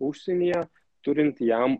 užsienyje turint jam